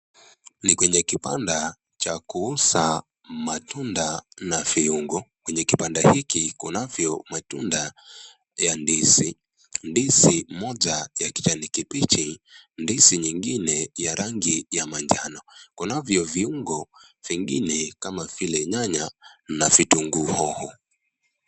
Ni kwenye kibanda cha kuuza matunda na viungo. Kwenye kibanda hiki kunavyo matunda ya ndizi, ndizi moja ya kijani kibichi, ndizi nyingine ya rangi ya manjano. Kunavyo viungo vingine kama vile: nyanya na vitunguu hoho.